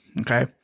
okay